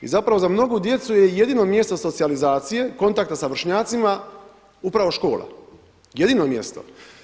I zapravo za mnogu djecu je jedino mjesto socijalizacije, kontakta sa vršnjacima upravo škola, jedino mjesto.